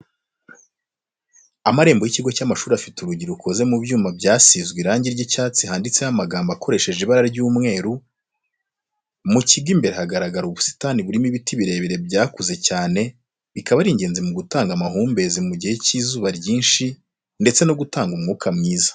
Amarembo y'ikigo cy'amashuri afite urugi rukoze mu byuma byasizwe irangi ry'icyatsi handitseho amagambo akoreshejwe ibara ry'umweru, mu kigo imbere hagaragara ubusitani burimo n'ibiti birebire byakuze cyane bikaba ari ingenzi mu gutanga amahumbezi mu gihe cy'izuba ryinshi ndetse no gutanga umwuka mwiza.